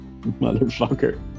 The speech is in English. motherfucker